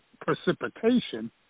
precipitation